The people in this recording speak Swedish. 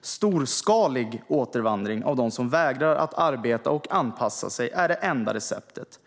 Storskalig återvandring av dem som vägrar att arbeta och anpassa sig är det enda receptet.